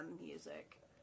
music